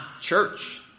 church